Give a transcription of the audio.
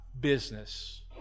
business